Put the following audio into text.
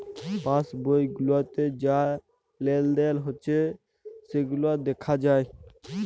pass বই গুলাতে যা লেলদেল হচ্যে সেগুলা দ্যাখা যায়